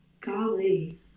golly